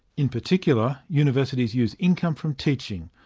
in particular, universities use income from teaching,